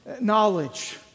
knowledge